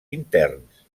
interns